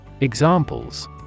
Examples